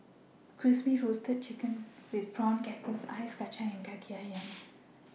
Crispy Roasted Chicken with Prawn Crackers Ice Kachang and Kaki Ayam